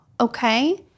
okay